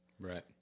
Right